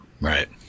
Right